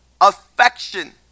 affection